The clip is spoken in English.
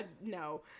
no